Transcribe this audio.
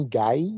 guy